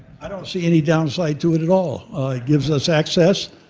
i don't see any down side to it at all. it gives us access,